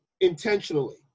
intentionally